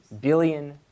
billion